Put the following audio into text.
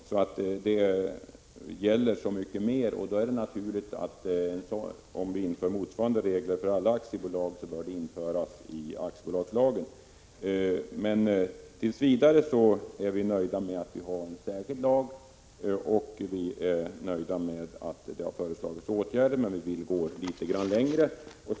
Den omfattar 25 maj 1987 således alla aktiebolag. Om regler motsvarande dem som gäller börsbolag och liknande införs även för andra aktiebolag bör de införas i aktiebolagslagen. Men tills vidare är vi nöjda med att det blir en särskild lag och med att det har föreslagits åtgärder. Vi vill dock gå litet längre än utskottsmajoriteten.